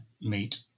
meet